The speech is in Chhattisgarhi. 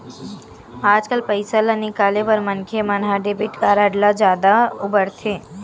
आजकाल पइसा ल निकाले बर मनखे मन ह डेबिट कारड ल जादा बउरथे